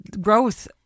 growth